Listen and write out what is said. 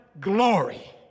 glory